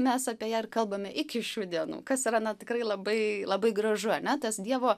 mes apie ją ir kalbame iki šių dienų kas yra na tikrai labai labai gražu ane tas dievo